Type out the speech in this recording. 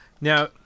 Now